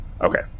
Okay